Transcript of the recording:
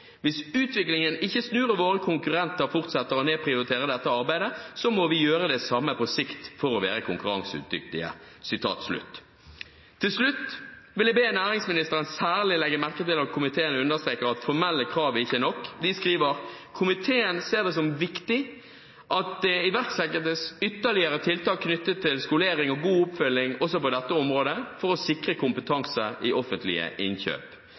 Hvis utviklingen ikke snur – og våre konkurrenter fortsetter å nedprioritere dette arbeidet – så må vi gjøre det samme på sikt for å være konkurransedyktige.» Til slutt vil jeg be næringsministeren særlig legge merke til at komiteen understreker at formelle krav ikke er nok. Komiteen skriver: «Komiteen ser det som viktig at det iverksettes ytterligere tiltak knyttet til skolering og god opplæring også på dette området, for å sikre kompetanse i offentlige innkjøp.»